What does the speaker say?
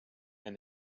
and